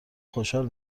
خوشحال